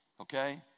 okay